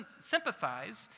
sympathize